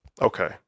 Okay